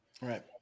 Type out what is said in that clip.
Right